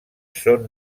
són